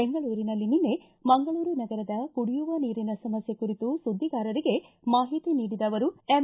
ಬೆಂಗಳೂರಿನಲ್ಲಿ ನಿನ್ನೆ ಮಂಗಳೂರು ನಗರದ ಕುಡಿಯುವ ನೀರಿನ ಸಮಸ್ಥೆ ಕುರಿತು ಸುದ್ದಿಗಾರರಿಗೆ ಮಾಹಿತಿ ನೀಡಿದ ಅವರು ಎಂ